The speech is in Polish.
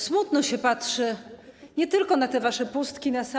Smutno się patrzy nie tylko na te wasze pustki na sali.